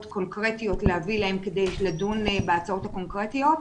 קונקרטיות להביא להם כדי לדון בהצעות הקונקרטיות,